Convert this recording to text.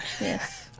Yes